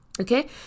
okay